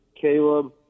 Caleb